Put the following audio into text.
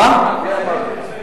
מי אמר לא?